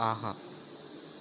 ஆஹா